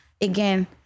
Again